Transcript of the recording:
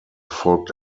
folgt